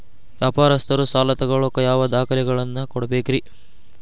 ವ್ಯಾಪಾರಸ್ಥರು ಸಾಲ ತಗೋಳಾಕ್ ಯಾವ ದಾಖಲೆಗಳನ್ನ ಕೊಡಬೇಕ್ರಿ?